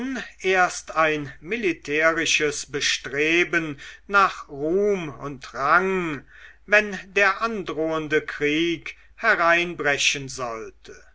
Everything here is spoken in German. erst ein militärisches bestreben nach ruhm und rang wenn der androhende krieg hereinbrechen sollte